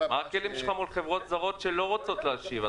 מה הכלים שלך מול חברות זרות שלא רוצות להשיב?